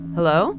Hello